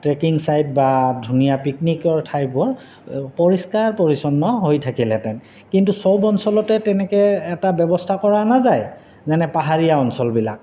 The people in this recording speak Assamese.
ট্ৰেকিং ছাইট বা ধুনীয়া পিকনিকৰ ঠাইবোৰ পৰিষ্কাৰ পৰিচ্ছন্ন হৈ থাকিলহেঁতেন কিন্তু চব অঞ্চলতে তেনেকৈ এটা ব্যৱস্থা কৰা নাযায় যেনে পাহাৰীয়া অঞ্চলবিলাক